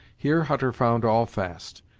here hutter found all fast,